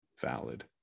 valid